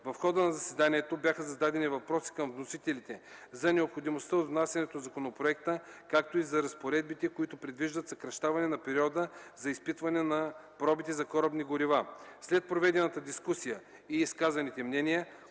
В хода на заседанието бяха зададени въпроси към вносителите за необходимостта от внасянето на законопроекта, както и за разпоредбите, които предвиждат съкращаване на периода за изпитване на пробите на корабни горива. След проведената дискусия и изказаните мнения,